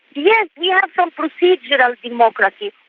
yeah yeah some procedural democracy.